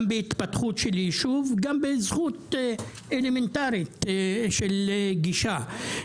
גם בהתפתחות של יישוב וגם בזכות אלמנטרית של גישה.